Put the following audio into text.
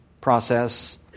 process